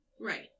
Right